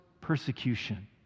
persecution